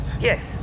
Yes